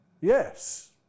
Yes